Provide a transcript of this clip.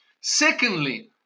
Secondly